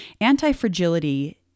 Anti-fragility